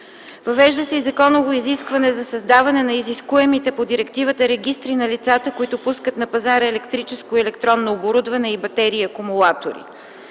Въвежда се и законово изискване за създаване на изискуемите по директивата регистри на лицата, които пускат на пазара електрическо и електронно оборудване и батерии и акумулатори.